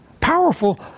Powerful